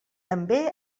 també